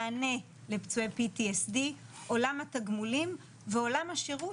המענה לפצועי PTSD עולם התגמולים ועולם השירות